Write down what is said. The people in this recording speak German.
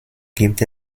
gibt